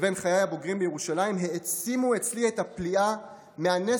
לבין חיי הבוגרים בירושלים העצים אצלי את הפליאה מהנס